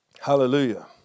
Hallelujah